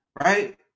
Right